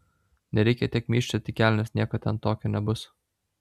nereikia tiek myžčiot į kelnes nieko ten tokio nebus